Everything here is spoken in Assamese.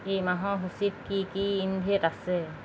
এই মাহৰ সূচীত কি কি ইণভেট আছে